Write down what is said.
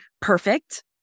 perfect